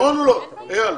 אייל,